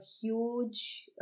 huge